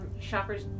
shopper's